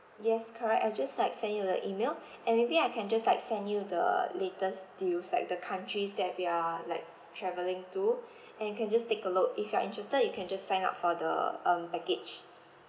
yes correct I'll just like send you the email and maybe I can just like send you the latest deals like the countries that we are like travelling to and you can just take a look if you are interested you can just sign up for the um package